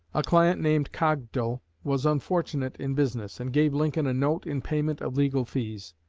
a client named cogdal was unfortunate in business, and gave lincoln a note in payment of legal fees.